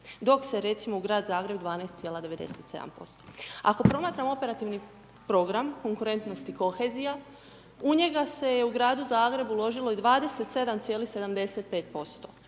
dok se recimo u Grad Zagreb 12,97%. Ako promatramo Operativni program konkurentnost i kohezija u njega se je u Gradu Zagrebu uložilo 27,75%,